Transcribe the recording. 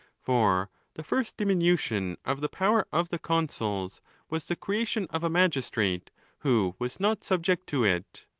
for the first diminution of the power of the consuls was the creation of a magistrate who was not subject to it.